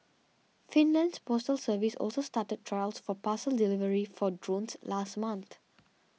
Finland's postal service also started trials for parcel delivery for drones last month